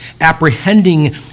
apprehending